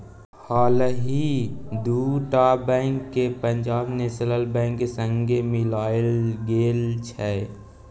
हालहि दु टा बैंक केँ पंजाब नेशनल बैंक संगे मिलाएल गेल छै